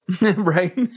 Right